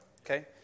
okay